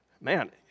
Man